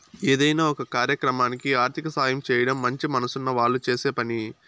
ఏదైనా ఒక కార్యక్రమానికి ఆర్థిక సాయం చేయడం మంచి మనసున్న వాళ్ళు చేసే పని